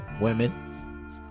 women